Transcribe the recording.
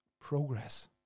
Progress